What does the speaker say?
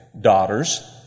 daughters